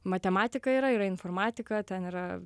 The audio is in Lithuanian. matematika yra yra informatika ten yra